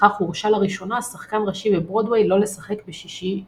ובכך הורשה לראשונה שחקן ראשי בברודוויי לא לשחק בשישי שבת.